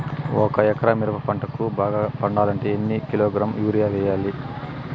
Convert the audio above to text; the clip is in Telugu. ఒక ఎకరా మిరప పంటకు బాగా పండాలంటే ఎన్ని కిలోగ్రామ్స్ యూరియ వెయ్యాలి?